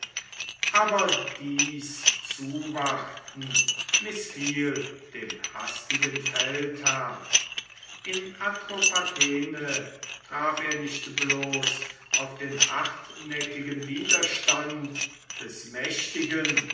aber dies zuwarten mißfiel dem hastigen feldherrn in atropatene traf er nicht bloß auf den hartnäckigen widerstand des mächtigen